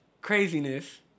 craziness